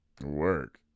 work